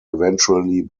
eventually